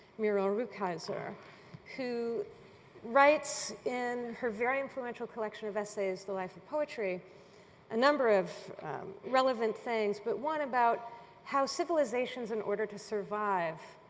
muro rukeyser who writes in her very influential collection of essays the life of poetry a number of relevant things, but one about how civilizations, in order to survive,